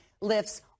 lifts